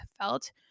felt